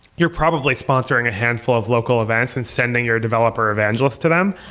you're probably sponsoring a handful of local events and sending your developer evangelist to them.